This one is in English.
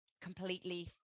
completely